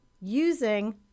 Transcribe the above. using